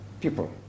people